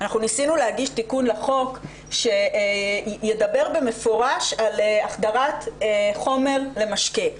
אנחנו ניסינו להגיש תיקון לחוק שידבר במפורש על החדרת חומר למשקה.